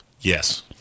Yes